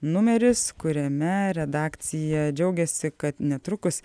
numeris kuriame redakcija džiaugiasi kad netrukus